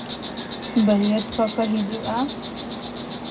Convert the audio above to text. ᱵᱟᱹᱨᱭᱟᱹᱛ ᱠᱚᱠᱚ ᱦᱤᱡᱩᱜᱼᱟ